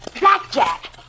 Blackjack